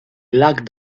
black